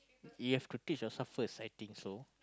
you have to teach yourself first I think so